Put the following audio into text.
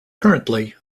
currently